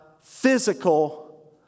physical